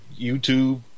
YouTube